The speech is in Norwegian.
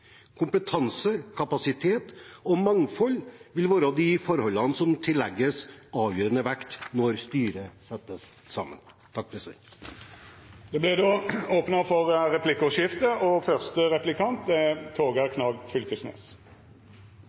Kompetanse, kapasitet og mangfold vil være de faktorene som tillegges avgjørende vekt når styret settes sammen. Det vert replikkordskifte. Eg skal kome med ei lita overrasking og